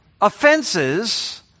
offenses